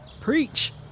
Preach